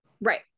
right